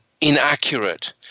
inaccurate